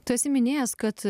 tu esi minėjęs kad